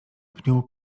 pniu